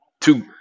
two